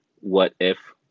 what-if